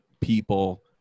people